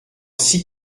six